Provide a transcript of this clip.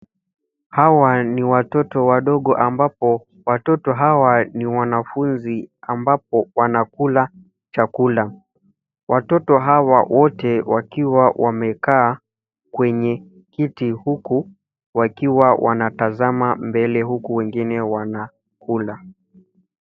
Hawa ni watoto wadogo ambapo watoto hawa ni wanafunzi ambapo wanakula chakula. Watoto hawa wote wakiwa wamekaa kwenye kiti huku wakiwa wanatazama mbele huku wengine wanakula.